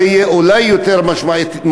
זה יהיה אולי יותר משמעותי,